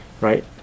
right